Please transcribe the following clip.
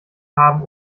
haben